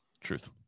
Truth